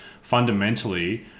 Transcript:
fundamentally